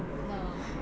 no